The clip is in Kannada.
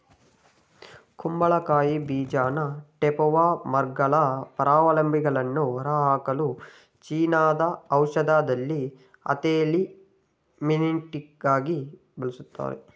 ಕುಂಬಳಕಾಯಿ ಬೀಜನ ಟೇಪ್ವರ್ಮ್ಗಳ ಪರಾವಲಂಬಿಗಳನ್ನು ಹೊರಹಾಕಲು ಚೀನಾದ ಔಷಧದಲ್ಲಿ ಆಂಥೆಲ್ಮಿಂಟಿಕಾಗಿ ಬಳಸ್ತಾರೆ